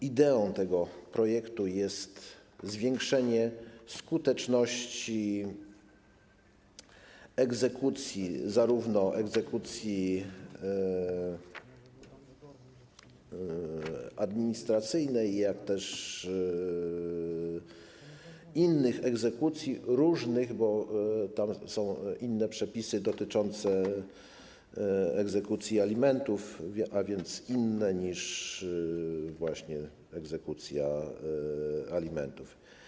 Ideą tego projektu jest zwiększenie skuteczności egzekucji, zarówno egzekucji administracyjnej, jak też różnych innych egzekucji, bo tam są inne przepisy dotyczące egzekucji alimentów, a więc inne niż właśnie egzekucja alimentów.